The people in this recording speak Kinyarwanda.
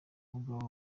umukobwa